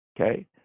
Okay